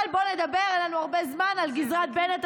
אבל בוא נדבר, אין לנו הרבה זמן, על גזרת בנט.